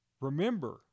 remember